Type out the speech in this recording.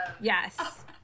yes